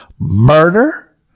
Murder